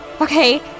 Okay